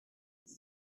ceux